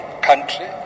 country